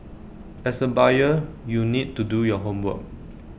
as A buyer you need to do your homework